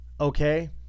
okay